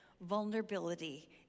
vulnerability